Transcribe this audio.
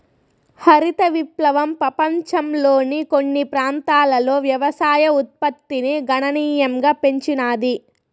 హరిత విప్లవం పపంచంలోని కొన్ని ప్రాంతాలలో వ్యవసాయ ఉత్పత్తిని గణనీయంగా పెంచినాది